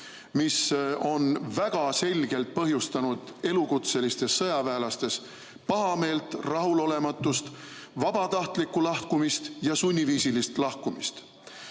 mis on väga selgelt põhjustanud elukutselistes sõjaväelastes pahameelt, rahulolematust, vabatahtlikku lahkumist ja sunniviisilist lahkumist.